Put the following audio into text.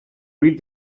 read